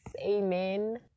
amen